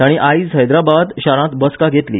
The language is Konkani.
तांणी आयज हैदराबाद शारांत बसका घेतली